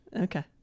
Okay